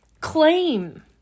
claim